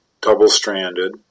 double-stranded